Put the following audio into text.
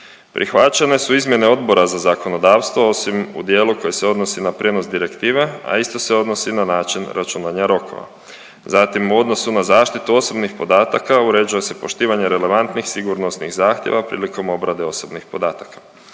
Prihvaćene su izmjene Odbora za zakonodavstvo osim u dijelu koji se odnosi na prijenos direktive, a isto se odnosi na način računanja rokova. Zatim u odnosu na zaštitu osobnih podataka, uređuje se poštivanje relevantnih sigurnosnih zahtjeva prilikom obrade osobnih podataka.